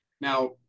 Now